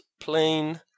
plain